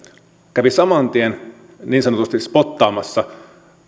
kävi saman tien niin sanotusti spottaamassa